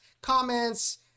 comments